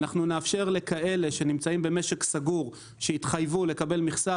נאפשר לכאלה שנמצאים במשק סגור הם התחייבו לקבל מכסה